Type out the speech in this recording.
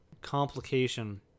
complication